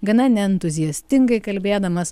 gana neentuziastingai kalbėdamas